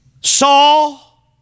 Saul